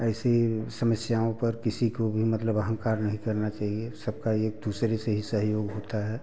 ऐसे ही समस्याओं पर किसी को भी मतलब अहंकार नहीं करना चाहिए सबका एक दूसरे से ही सहयोग होता है